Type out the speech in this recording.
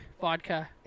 vodka